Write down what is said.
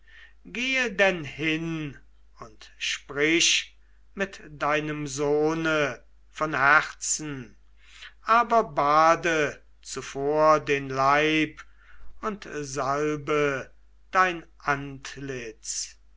gehe denn hin und sprich mit deinem sohne von herzen aber bade zuvor den leib und salbe dein antlitz